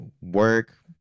work